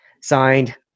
Signed